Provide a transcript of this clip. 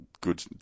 good